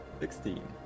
Sixteen